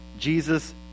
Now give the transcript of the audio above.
Jesus